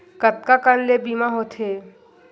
कतका कन ले बीमा होथे?